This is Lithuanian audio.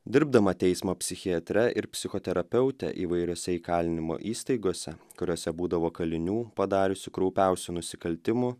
dirbdama teismo psichiatre ir psichoterapeute įvairiose įkalinimo įstaigose kuriose būdavo kalinių padariusių kraupiausių nusikaltimų